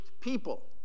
people